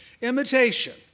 imitation